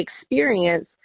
experience